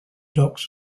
docks